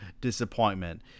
disappointment